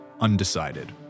undecided